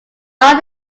are